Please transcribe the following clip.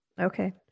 Okay